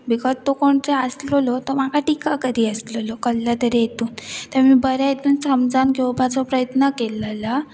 because तो कोण जो आसलेलो तो म्हाका टिका कर आसलेलो कसल्ल्या तरी हतून ते बऱ्या हितून समजन घेवपाचो प्रयत्न केल्लेला